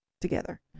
together